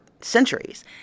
centuries